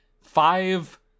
five